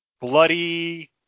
bloody